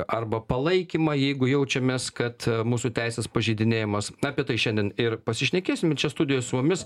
arba palaikymą jeigu jaučiamės kad mūsų teisės pažeidinėjamos apie tai šiandien ir pasišnekėsim ir čia studijoj su mumis